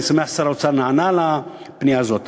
אני שמח ששר האוצר נענה לפנייה הזאת.